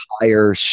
higher